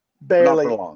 Barely